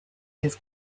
his